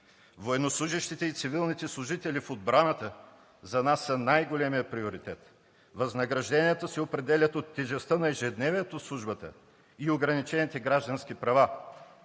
Военнослужещите и цивилните служители в отбраната за нас са най-големият приоритет. Възнагражденията се определят от тежестта на ежедневието в службата и ограничените граждански права.